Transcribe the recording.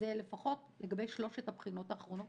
וזה לפחות לגבי שלוש הבחינות האחרונות.